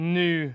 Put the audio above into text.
new